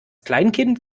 kleinkind